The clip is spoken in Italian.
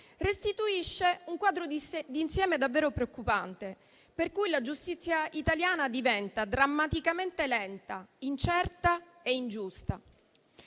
restituisce un quadro d'insieme davvero preoccupante, per cui la giustizia italiana diventa drammaticamente lenta, incerta e ingiusta.